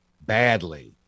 badly